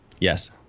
Yes